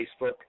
Facebook